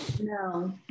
No